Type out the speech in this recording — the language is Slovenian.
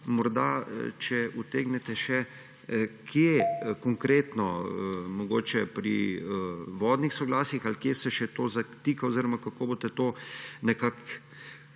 morda še utegnete odgovoriti: Kje konkretno, mogoče pri vodnih soglasjih ali kje, se še to zatika oziroma kako boste to nekako